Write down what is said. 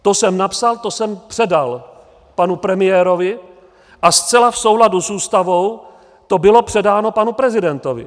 To jsem napsal, to jsem předal panu premiérovi a zcela v souladu s Ústavou to bylo předáno panu prezidentovi.